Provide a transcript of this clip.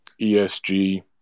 ESG